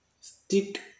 Stick